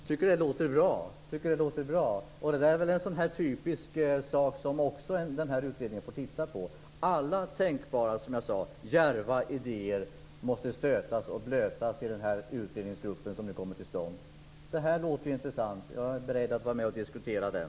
Fru talman! Jag tycker att det låter bra. Det är väl en typisk sådan sak som den här utredningen också får titta på. Alla tänkbara djärva idéer måste, som jag sade, stötas och blötas i den utredningsgrupp som nu kommer till stånd. Det här låter intressant, och jag är beredd att vara med och diskutera det.